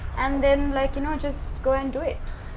and then like you know, just. go and do it.